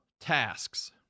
tasks